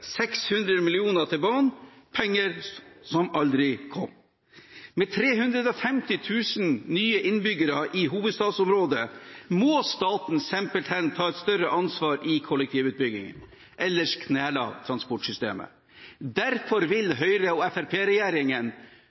600 mill. kr til banen – penger som aldri kom. Med 350 000 nye innbyggere i hovedstadsområdet må staten simpelthen ta et større ansvar i kollektivutbyggingen, ellers kneler transportsystemet. Derfor vil